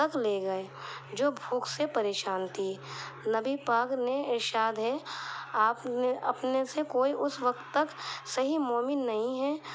تک لے گئے جو بھوک سے پریشان تھی نبی پاک نے ارشاد ہے آپ نے اپنے سے کوئی اس وقت تک صحیح مومن نہیں ہے